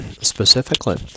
specifically